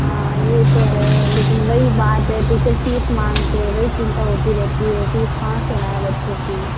हाँ ये तो है लेकिन वही बात है टीचर फीस मांगते है वही चिंता होती रहती है फीस कहाँ से लाएँ बच्चों के लिए